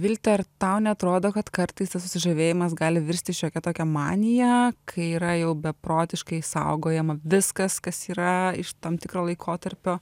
vilte ar tau neatrodo kad kartais tas susižavėjimas gali virsti šiokia tokia manija kai yra jau beprotiškai saugojama viskas kas yra iš tam tikro laikotarpio